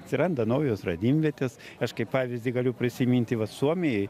atsiranda naujos radimvietės aš kaip pavyzdį galiu prisiminti vat suomijoj